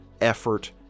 effort